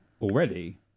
already